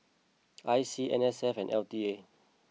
I C N S F and L T A